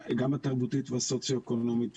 גם התרבותית והסוציו-אקונומית,